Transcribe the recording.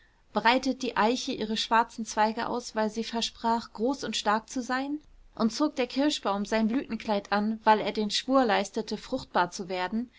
breitet die eiche ihre schwarzen zweige aus weil sie versprach groß und stark zu sein und zog der kirschbaum sein blütenkleid an weil er den schwur leistete fruchtbar zu werden